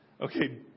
Okay